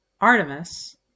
Artemis